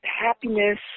happiness